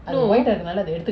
no